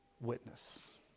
witness